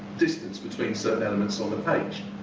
distance between certain elements on the page.